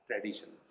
traditions